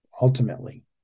Ultimately